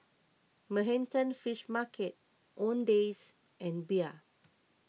Manhattan Fish Market Owndays and Bia